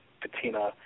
patina